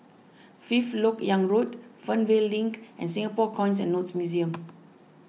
Fifth Lok Yang Road Fernvale Link and Singapore Coins and Notes Museum